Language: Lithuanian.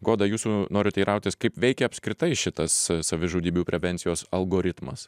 goda jūsų noriu teirautis kaip veikia apskritai šitas savižudybių prevencijos algoritmas